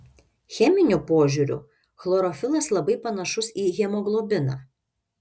cheminiu požiūriu chlorofilas labai panašus į hemoglobiną